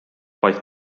vaid